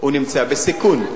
הוא נמצא בסיכון.